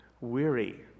weary